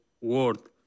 world